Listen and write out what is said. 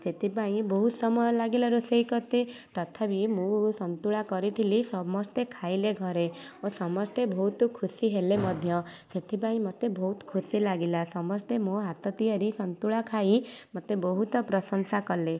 ସେଥିପାଇଁ ବହୁତ ସମୟ ଲାଗିଲା ରୋଷେଇ କରିତେ ତଥାବି ମୁଁ ସନ୍ତୁଳା କରିଥିଲି ସମସ୍ତେ ଖାଇଲେ ଘରେ ଓ ସମସ୍ତେ ବହୁତ ଖୁସି ହେଲେ ମଧ୍ୟ ସେଥିପାଇଁ ମୋତେ ବହୁତ ଖୁସି ଲାଗିଲା ସମସ୍ତେ ମୋ ହାତ ତିଆରି ସନ୍ତୁଳା ଖାଇ ମୋତେ ବହୁତ ପ୍ରଶଂସା କଲେ